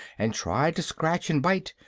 and tried to scratch and bite,